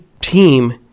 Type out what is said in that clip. team